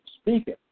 speaking